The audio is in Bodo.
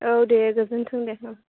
औ दे गोजोनथों दे